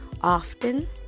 often